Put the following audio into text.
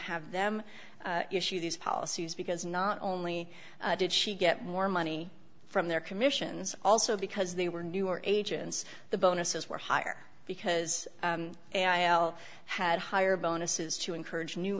have them issue these policies because not only did she get more money from their commissions also because they were newer agents the bonuses were higher because i had higher bonuses to encourage new